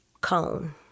cone